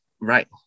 right